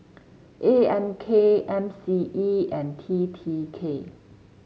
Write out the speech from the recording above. A M K M C E and T T K